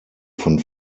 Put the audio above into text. von